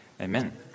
amen